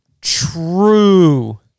true